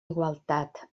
igualtat